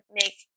make